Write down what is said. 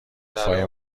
وفای